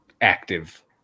active